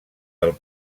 del